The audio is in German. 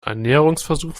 annäherungsversuch